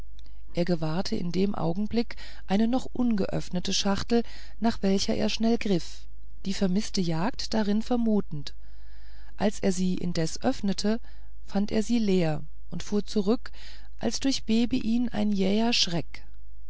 er gewahrte in dem augenblick eine noch ungeöffnete schachtel nach welcher er schnell griff die vermißte jagd darin vermutend als er sie indessen öffnete fand er sie leer und fuhr zurück als durchbebe ihn ein jäher schreck